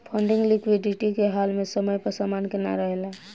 funding liquidity के हाल में समय पर समान के ना रेहला